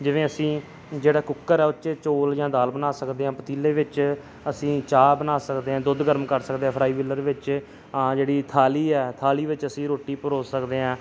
ਜਿਵੇਂ ਅਸੀਂ ਜਿਹੜਾ ਕੁੱਕਰ ਆ ਉਹ 'ਚ ਚੋਲ ਜਾਂ ਦਾਲ ਬਣਾ ਸਕਦੇ ਹਾਂ ਪਤੀਲੇ ਵਿੱਚ ਅਸੀਂ ਚਾਹ ਬਣਾ ਸਕਦੇ ਹਾਂ ਦੁੱਧ ਗਰਮ ਕਰ ਸਕਦੇ ਹਾਂ ਫਰਾਈਵੀਲਰ ਵਿੱਚ ਆ ਜਿਹੜੀ ਥਾਲੀ ਆ ਥਾਲੀ ਵਿੱਚ ਅਸੀਂ ਰੋਟੀ ਪਰੋਸ ਸਕਦੇ ਹਾਂ